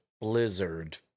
blizzard